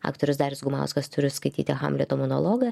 aktorius darius gumauskas turiu skaityti hamleto monologą